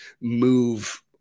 move